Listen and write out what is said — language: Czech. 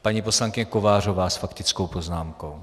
Paní poslankyně Kovářová s faktickou poznámkou.